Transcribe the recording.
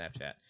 Snapchat